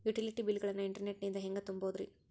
Utility bill ಗಳನ್ನ internet ನಿಂದ ಹೆಂಗ್ ತುಂಬೋದುರಿ?